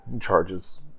charges